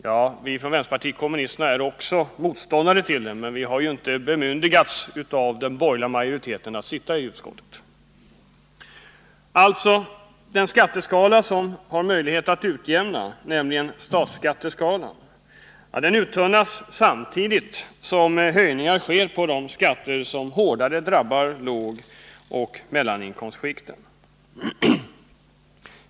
Ja, vi från vänsterpartiet kommunisterna är också motståndare till den, men vi har ju inte av den borgerliga majoriteten tillåtits att sitta med i utskotten. Alltså, den skatteskala som har möjlighet att utjämna, nämligen statsskatteskalan, uttunnas samtidigt som höjningar görs av de skatter som hårdare drabbar lågoch mellaninkomstskikten.